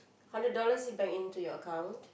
hundred dollars it bank in to your account